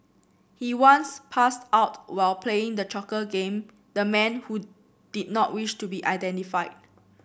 he once passed out while playing the choking game the man who did not wish to be identified